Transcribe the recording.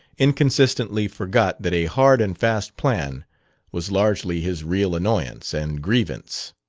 inconsistently forgot that a hard-and-fast plan was largely his real annoyance and grievance.